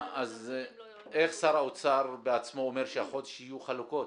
--- איך שר האוצר בעצמו אומר שהחודש יהיו חלקות?